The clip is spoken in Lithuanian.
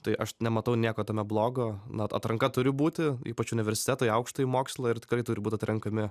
tai aš nematau nieko tame blogo na atranka turi būti ypač į universitetą į aukštąjį mokslą ir tikrai turi būt atrenkami